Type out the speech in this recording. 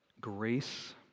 grace